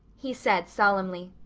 he said solemnly,